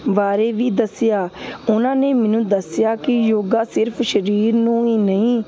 ਬਾਰੇ ਵੀ ਦੱਸਿਆ ਉਹਨਾਂ ਨੇ ਮੈਨੂੰ ਦੱਸਿਆ ਕਿ ਯੋਗਾ ਸਿਰਫ਼ ਸਰੀਰ ਨੂੰ ਹੀ ਨਹੀਂ